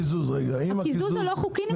הקיזוז הלא חוקי.